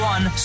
One